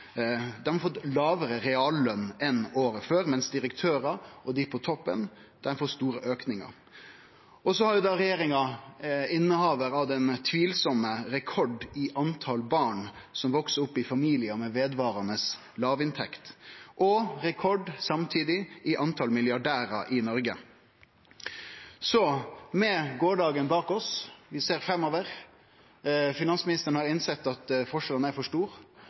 har dei fått lågare realløn enn året før, mens direktørar og dei på toppen har fått store aukar. Regjeringa er innehavar av den tvilsame rekorden i talet på barn som veks opp i familiar med vedvarande låginntekt, og samtidig rekorden i talet på milliardærar i Noreg. Så med gårsdagen bak oss – vi ser framover, finansministeren har innsett at forskjellane er for